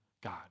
God